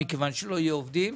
מכיוון שלא יהיו עובדים.